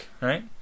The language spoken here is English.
right